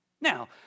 Now